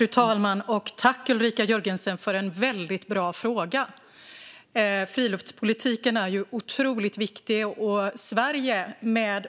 Fru talman! Tack, Ulrika Jörgensen, för en väldigt bra fråga! Friluftspolitiken är otroligt viktig. Sverige